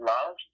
Love